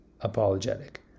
apologetic